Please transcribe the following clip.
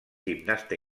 gimnasta